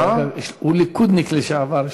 הרי הוא ליכודניק לשעבר,